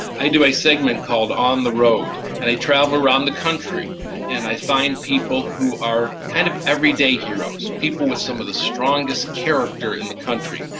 i do a segment called on the road and i travel around the country and i find people who are kind of everyday heroes. people with some of the strongest character in the country.